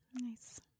Nice